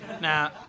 Now